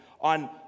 On